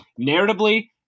narratively